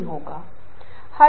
आप क्या संदेश देना चाहते हैं